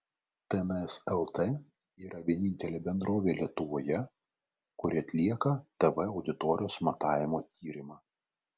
tns lt yra vienintelė bendrovė lietuvoje kuri atlieka tv auditorijos matavimo tyrimą